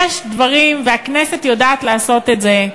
יש דברים, והכנסת יודעת לעשות את זה,